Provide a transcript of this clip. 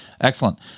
excellent